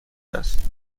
است